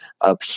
up